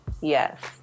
yes